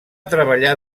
treballar